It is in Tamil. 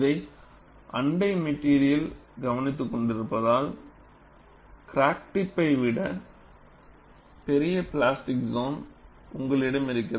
இதை அண்டை மெட்டீரியல் கவனித்துக்கொண்டிருப்பதால் கிராக் டிப்பை விட பெரிய பிளாஸ்டிக் சோன் உங்களிடம் இருக்கும்